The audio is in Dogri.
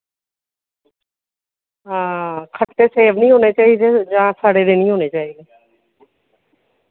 हां खट्टे सेब नि होने चाहिदे यां सड़े दे नि होने चाहिदे